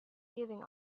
giving